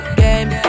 game